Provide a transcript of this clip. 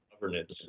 governance